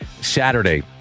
Saturday